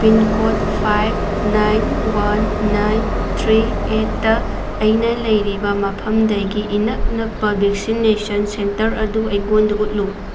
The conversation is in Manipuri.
pin code five nine one nine three ꯑꯦꯠꯇ ꯑꯩꯅ ꯂꯩꯔꯤꯕ ꯃꯐꯝꯗꯒꯤ ꯏꯅꯛ ꯅꯛꯄ ꯚꯦꯛꯁꯤꯅꯦꯁꯟ ꯁꯦꯟꯇꯔ ꯑꯗꯨ ꯑꯩꯉꯣꯟꯗ ꯎꯠꯂꯨ